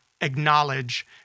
acknowledge